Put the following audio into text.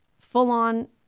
full-on